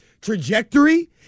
trajectory